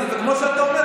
כמו שאתה אומר,